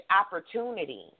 opportunity